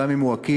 גם אם הוא עקיף,